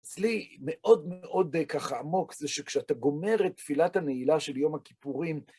אצלי, מאוד מאוד ככה עמוק, זה שכשאתה גומר את תפילת הנעילה של יום הכיפורים